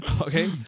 okay